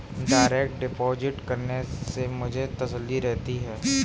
direct deposit करने से मुझे तसल्ली रहती है